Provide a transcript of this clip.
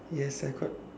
yes I got